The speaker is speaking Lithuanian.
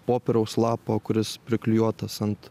popieriaus lapo kuris priklijuotas ant